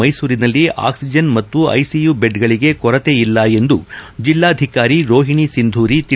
ಮೈಸೂರಿನಲ್ಲಿ ಆಕ್ಷಿಜನ್ ಮತ್ತು ICU bed ಗಳಿಗೆ ಕೊರತೆ ಇಲ್ಲ ಎಂದು ಜೆಲ್ಲಾಧಿಕಾರಿ ರೋಹಿಣಿ ಸಿಂಧೂರಿ ತಿಳಿಸಿದ್ದಾರೆ